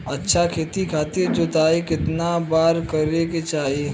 अच्छा खेती खातिर जोताई कितना बार करे के चाही?